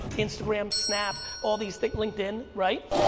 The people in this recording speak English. instagram, snap, all these things, linkedin, right?